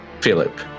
philip